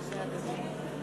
(חותם על ההצהרה)